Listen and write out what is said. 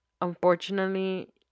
unfortunately